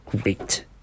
great